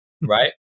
Right